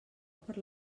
per